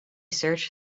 search